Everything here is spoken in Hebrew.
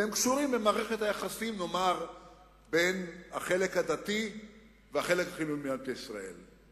והם קשורים למערכת היחסים בין החלק הדתי והחלק החילוני במדינת ישראל.